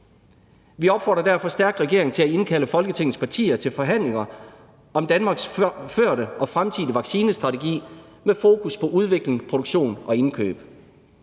Vi opfordrer derfor stærkt regeringen til at indkalde Folketingets partier til forhandlinger om Danmarks førte og fremtidige vaccinestrategi med fokus på udvikling, produktion og indkøb.